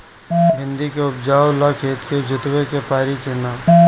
भिंदी के उपजाव ला खेत के जोतावे के परी कि ना?